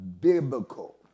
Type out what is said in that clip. biblical